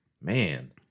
man